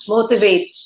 Motivate